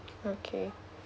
okay